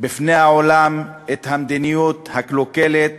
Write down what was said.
בפני העולם את המדיניות הקלוקלת